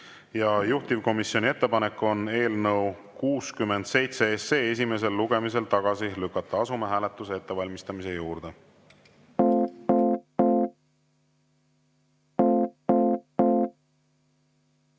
Juhtivkomisjoni ettepanek on eelnõu 67 esimesel lugemisel tagasi lükata. Asume hääletuse ettevalmistamise juurde.